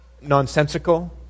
nonsensical